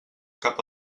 cap